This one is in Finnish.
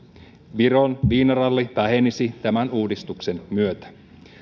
viron viinaralli vähenisi tämän uudistuksen myötä